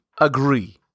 agree